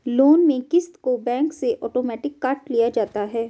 loan में क़िस्त को बैंक से आटोमेटिक काट लिया जाता है